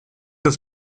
was